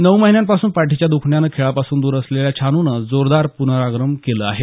नऊ महिन्यांपासून पाठीच्या दुखण्यानं खेळापासून दूर असलेल्या छानून जोरदार पुनरागमन केलं आहे